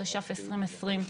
התש"ף-2020.